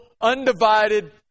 undivided